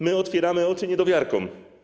My otwieramy oczy niedowiarkom.